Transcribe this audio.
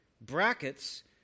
Brackets